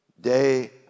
day